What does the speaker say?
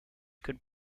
could